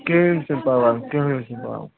کِہیٖنٛی چھُنہٕ پَرواے کِہیٖنٛۍ چھُنہٕ پَرواے